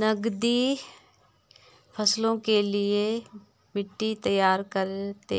नकदी फसलों के लिए मिट्टी तैयार करते